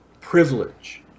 privilege